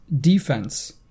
defense